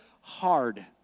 hard